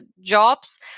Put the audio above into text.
jobs